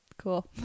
cool